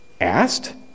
asked